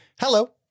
Hello